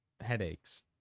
headaches